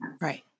Right